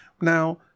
Now